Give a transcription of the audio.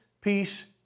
peace